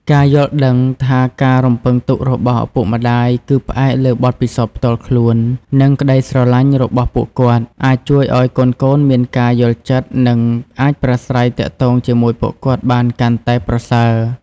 ការយល់ដឹងថាការរំពឹងទុករបស់ឪពុកម្ដាយគឺផ្អែកលើបទពិសោធន៍ផ្ទាល់ខ្លួន និងក្តីស្រលាញ់របស់ពួកគាត់ អាចជួយឲ្យកូនៗមានការយល់ចិត្ត និងអាចប្រាស្រ័យទាក់ទងជាមួយពួកគាត់បានកាន់តែប្រសើរ។